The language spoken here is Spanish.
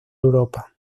europa